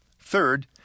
Third